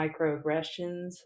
microaggressions